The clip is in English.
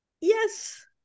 yes